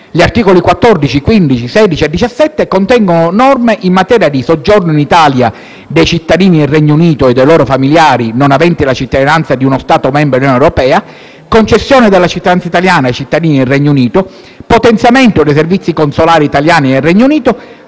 Gli articoli 14, 15, 16 e 17 contengono norme nelle seguenti materie: soggiorno in Italia dei cittadini del Regno Unito e dei loro familiari non aventi la cittadinanza di uno Stato membro dell'Unione europea; concessione della cittadinanza italiana ai cittadini del Regno Unito; potenziamento dei servizi consolari italiani nel Regno Unito;